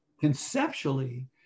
conceptually